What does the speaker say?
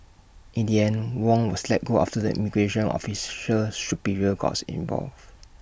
in the end Wong was let go after the immigration officer's superior gots involved